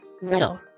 riddle